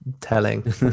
telling